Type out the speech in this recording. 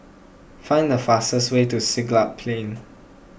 find the fastest way to Siglap Plain